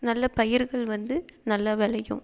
நல்ல பயிருகள் வந்து நல்லா விளையும்